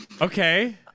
Okay